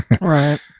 Right